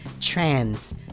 Trans